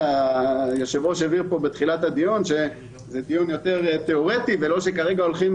היושב-ראש הבהיר שמדובר בדיון תיאורטי ולא שכרגע הולכים